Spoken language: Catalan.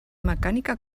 mecànica